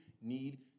need